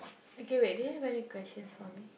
okay wait do you have any questions for me